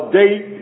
date